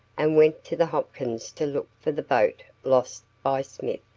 and went to the hopkins to look for the boat lost by smith.